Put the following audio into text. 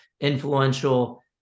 influential